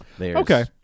okay